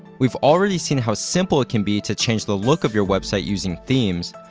we've already seen how simple it can be to change the look of your website using themes,